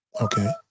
Okay